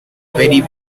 very